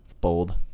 bold